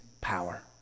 power